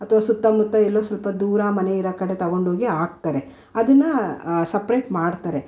ಅಥ್ವಾ ಸುತ್ತಮುತ್ತ ಎಲ್ಲೋ ಸ್ವಲ್ಪ ದೂರ ಮನೆ ಇರೋ ಕಡೆ ತಗೊಂಡ್ಹೋಗಿ ಹಾಕ್ತಾರೆ ಅದನ್ನು ಸಪ್ರೇಟ್ ಮಾಡ್ತಾರೆ